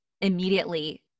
immediately